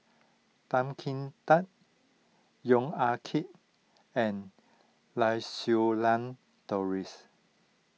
Tan Kim Tan Yong Ah Kee and Lau Siew Lang Doris